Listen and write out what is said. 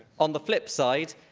on the flip side,